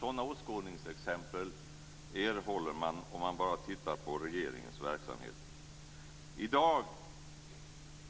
Sådana åskådningsexempel erhåller man bara man tittar på regeringens verksamhet. I dag,